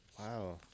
Wow